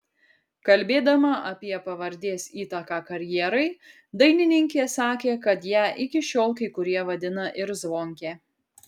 kalbėdama apie pavardės įtaką karjerai dainininkė sakė kad ją iki šiol kai kurie vadina ir zvonke